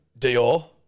Dior